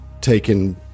taken